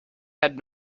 had